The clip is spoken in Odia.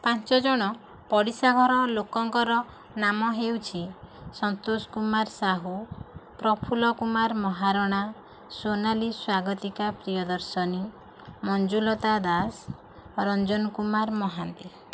ପାଞ୍ଚଜଣ ପଡ଼ିଶା ଘର ଲୋକଙ୍କର ନାମ ହେଉଛି ସନ୍ତୋଷ କୁମାର ସାହୁ ପ୍ରଫୁଲ୍ଲ କୁମାର ମହାରଣା ସୋନାଲି ସ୍ଵାଗତିକା ପ୍ରିୟଦର୍ଶନୀ ମଞ୍ଜୁଲତା ଦାସ ରଞ୍ଜନ କୁମାର ମହାନ୍ତି